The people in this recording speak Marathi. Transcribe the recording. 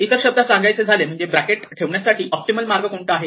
इतर शब्दात सांगायचे झाले म्हणजे ब्रॅकेट ठेवण्या साठी ऑप्टिमल मार्ग कोणता आहे